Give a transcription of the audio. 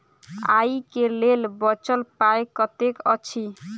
आइ केँ लेल बचल पाय कतेक अछि?